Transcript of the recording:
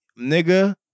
Nigga